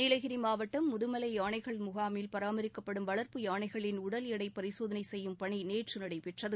நீலகிரி மாவட்டம் முதுமலை யானைகள் முகாமில் பராமரிக்கப்படும் வளர்ப்பு யானைகளின் உடல் எடை பரிசோதனை செய்யும் பணி நேற்று நடைபெற்றது